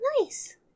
nice